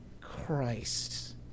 Christ